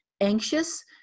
anxious